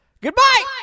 Goodbye